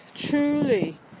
truly